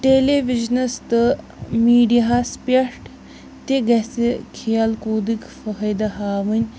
ٹیلی وجِنس تہٕ میٖڈیاہَس پٮ۪ٹھ تہِ گژھِ کھیل کوٗدٕکۍ فٲیدٕ ہاوٕنۍ